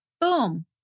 boom